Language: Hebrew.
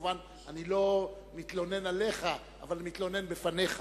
מובן שאני לא מתלונן עליך, אבל אני מתלונן לפניך.